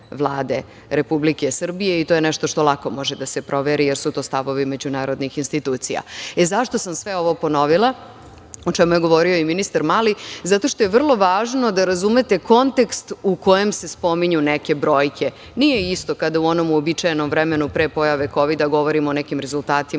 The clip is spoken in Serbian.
Republike Srbije. To je nešto što lako može da se proveri, jer su to stavovi međunarodnih institucija.Zašto sam sve ovo ponovila, o čemu je govorio i ministar Mali? Zato što je vrlo važno da razumete kontekst u kojem se spominju neke brojke. Nije isto kada u onom uobičajenom vremenu pre pojave Kovida govorimo o nekim rezultatima,